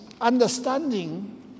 understanding